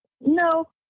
No